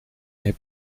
heb